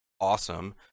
awesome